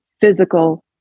physical